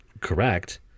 correct